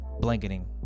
blanketing